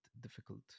difficult